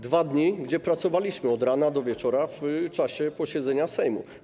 Dwa dni, kiedy pracowaliśmy od rana do wieczora podczas posiedzenia Sejmu.